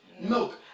Milk